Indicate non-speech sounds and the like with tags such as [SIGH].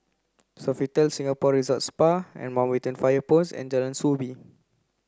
Sofitel Singapore Resort Spa [UNINTELLIGIBLE] Fire Post and Jalan Soo Bee